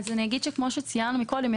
כמו שציינו קודם,